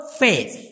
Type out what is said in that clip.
faith